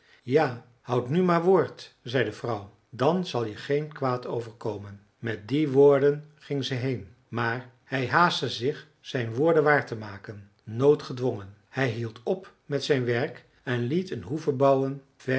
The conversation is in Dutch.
ja houd nu maar woord zei de vrouw dan zal je geen kwaad overkomen met die woorden ging zij heen maar hij haastte zich zijn woorden waar te maken noodgedwongen hij hield op met zijn werk en liet een hoeve bouwen